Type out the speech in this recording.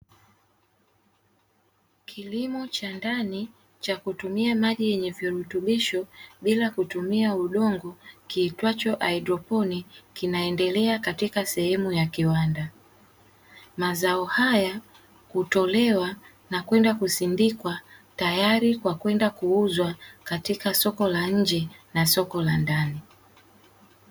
Kilimo cha ndani cha kutumia maji yenye virutubisho bila kutumia udongo kiitwacho haidroponi, kinaendelea katika sehemu ya kiwanda. Mazao haya hutolewa na kwenda kusindikwa tayari kwa kwenda kuuzwa katika soko la nje na soko la ndani.